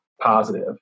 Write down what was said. positive